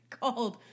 called